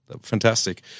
Fantastic